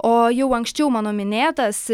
o jau anksčiau mano minėtas